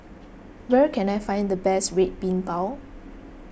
where can I find the best Red Bean Bao